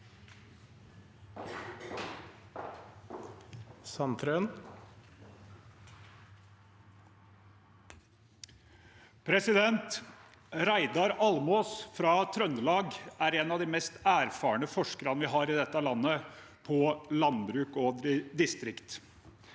Reidar Almås fra Trøndelag er en av de mest erfarne forskerne vi har i dette landet på landbruk og distrikt.